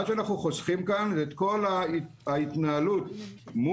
מה שאנחנו חוסכים כאן זה את כל ההתנהלות מול